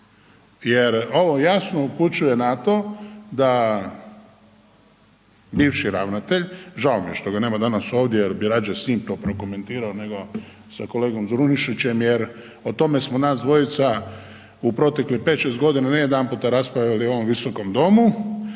Jer ovo jasno upućuje na to da bivši ravnatelj, žao mi je što ga nema danas ovdje jer bih radije s njim to prokomentirao nego sa kolegom Zrinušićem, jer o tome smo nas dvojca u proteklih 5, 6 godina ne jedanputa raspravljali u ovom Visokom domu